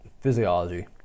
physiology